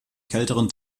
kälteren